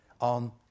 on